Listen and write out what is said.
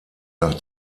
nach